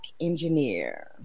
engineer